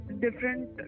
different